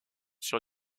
sur